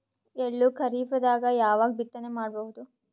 ಎಳ್ಳು ಖರೀಪದಾಗ ಯಾವಗ ಬಿತ್ತನೆ ಮಾಡಬಹುದು?